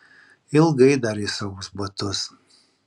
ilgai dar jis aus batus